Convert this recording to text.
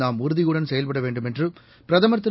நாம் உறுதியுடன் செயல்பட் வேண்டும் என்றும் பிரதமர் திரு